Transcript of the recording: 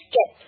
Get